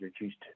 reduced